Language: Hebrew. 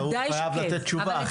הוא חייב לתת תשובה,